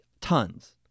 Tons